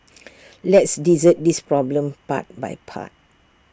let's dissect this problem part by part